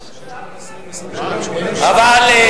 אבל,